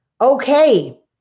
okay